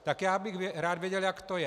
Tak já bych rád věděl, jak to je.